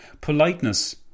Politeness